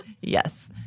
Yes